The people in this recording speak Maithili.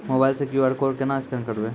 मोबाइल से क्यू.आर कोड केना स्कैन करबै?